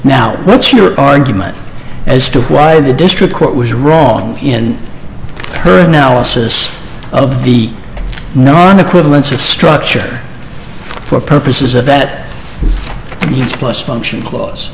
now what's your argument as to why the district court was wrong in her analysis of the non equivalence of structure for purposes of that he's plus function cla